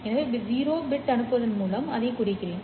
எனவே 0 பிட் அனுப்புவதன் மூலம் அதைக் குறிக்கிறேன்